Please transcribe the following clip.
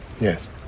Yes